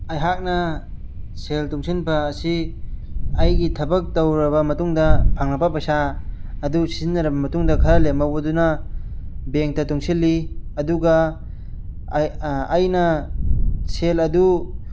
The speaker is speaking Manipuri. ꯑꯩꯍꯥꯛꯅ ꯁꯦꯜ ꯇꯨꯡꯁꯤꯟꯕ ꯑꯁꯤ ꯑꯩꯒꯤ ꯊꯕꯛ ꯇꯧꯔꯕ ꯃꯇꯨꯡꯗ ꯐꯪꯂꯛꯄ ꯄꯩꯁꯥ ꯑꯗꯨ ꯁꯤꯖꯤꯟꯅꯔ ꯃꯇꯨꯡꯗ ꯈꯔ ꯂꯦꯝꯍꯧꯕꯗꯨꯅ ꯕꯦꯡꯇ ꯇꯨꯡꯁꯤꯜꯂꯤ ꯑꯗꯨꯒ ꯑꯩꯅ ꯁꯦꯜ ꯑꯗꯨ